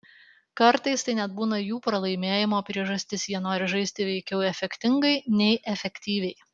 kartais tai net būna jų pralaimėjimo priežastis jie nori žaisti veikiau efektingai nei efektyviai